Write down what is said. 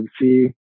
see